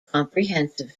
comprehensive